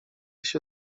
się